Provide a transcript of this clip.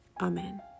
Amen